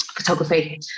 photography